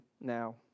now